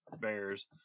bears